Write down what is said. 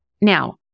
Now